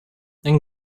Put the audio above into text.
then